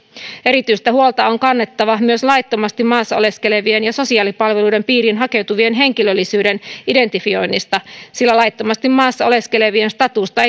erityistä huolta on kannettava myös laittomasti maassa oleskelevien ja sosiaalipalveluiden piiriin hakeutuvien henkilöllisyyden identifioinnista sillä laittomasti maassa oleskelevien statusta